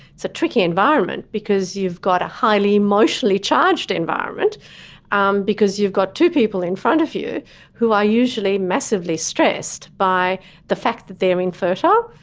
it's a tricky environment because you've got a highly emotionally charged environment um because you've got two people in front of you who are usually massively stressed by the fact that they're infertile,